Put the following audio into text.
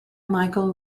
michael